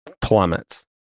plummets